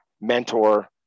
mentor